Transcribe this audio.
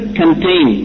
contain